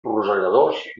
rosegadors